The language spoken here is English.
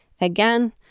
Again